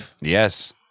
Yes